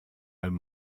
own